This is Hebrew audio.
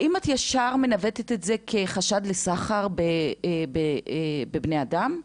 האם את ישר מנווטת את זה כחשד לסחר בבני אדם?